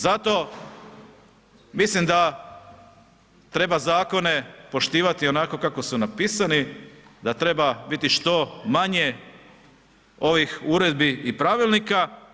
Zato mislim da treba zakone poštivati onako kako su napisani, da treba biti što manje ovih uredbi i pravilnika.